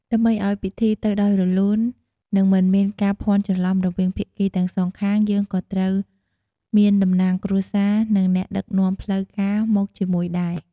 ដើម្បីអោយពិធីទៅដោយរលួន និងមិនមានការភាន់ច្រលំរវាងភាគីទាំងសងខាង យើងក៏ត្រូវមានតំណាងគ្រួសារ និងអ្នកដឹកនាំផ្លូវការមកជាមួយដែរ។